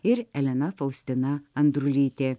ir elena faustina andrulytė